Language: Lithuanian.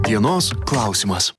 dienos klausimas